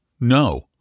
No